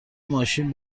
ماشین